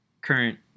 current